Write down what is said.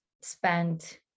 spent